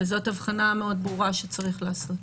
וזאת הבחנה מאוד ברורה שצריך לעשות.